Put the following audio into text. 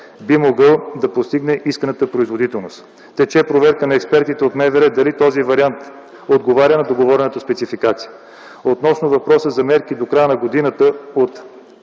би могъл да постигне исканата производителност. Тече проверка на експертите от МВР дали този вариант отговаря на договорената спецификация. Относно въпроса за мерки до края на годината –